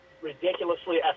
ridiculously